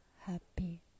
happy